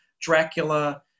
Dracula